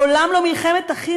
לעולם לא מלחמת אחים,